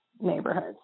neighborhoods